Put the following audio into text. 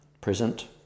present